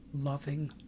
loving